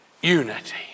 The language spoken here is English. unity